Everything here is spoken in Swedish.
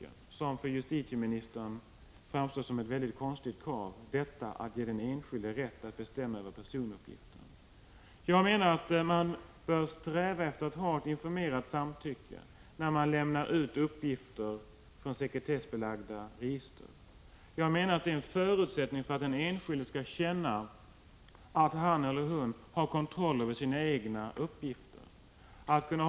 Det framstår för justitieministern som ett väldigt konstigt krav att vi skall ge den enskilde rätt att bestämma över personuppgifter. Jag menar att man bör sträva efter ett informerat samtycke när man lämnar ut uppgifter från sekretessbelagda register. Ett sådant förfarande är en förutsättning för att den enskilde skall känna att han eller hon har kontroll över uppgifter om sig själv.